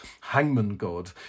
hangman-god